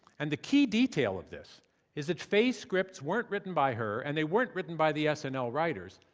and the key detail of this is that fey's scripts weren't written by her and they weren't written by the ah snl writers.